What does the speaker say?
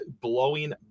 blowing